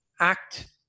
act